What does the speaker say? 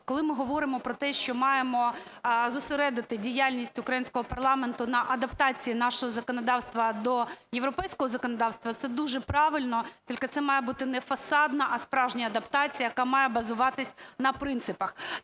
коли ми говоримо про те, що маємо зосередити діяльність українського парламенту на адаптації нашого законодавства до європейського законодавства – це дуже правильно, тільки це має бути не фасадна, а справжня адаптація, яка має базуватись на принципах.